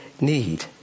need